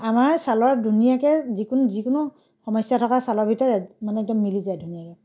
আমাৰ চালত ধুনীয়াকৈ যিকোনো যিকোনো সমস্যা থকা চালৰ ভিতৰত এক মানে একদম মিলি যায় ধুনীয়াকৈ